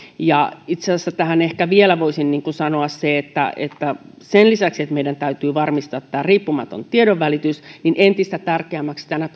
itse asiassa tähän voisin ehkä vielä sanoa sen että sen lisäksi että meidän täytyy varmistaa tämä riippumaton tiedonvälitys tulee entistä tärkeämmäksi tänä